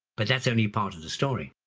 but that's only part of the story.